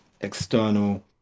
external